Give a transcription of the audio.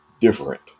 different